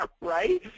right